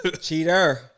Cheater